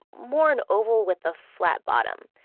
more an oval with a flat bottom.